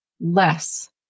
less